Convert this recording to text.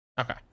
okay